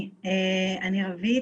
אני רווית,